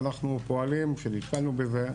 נתקלנו בזה,